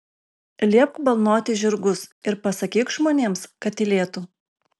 liepk balnoti žirgus ir pasakyk žmonėms kad tylėtų